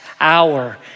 hour